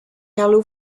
carlo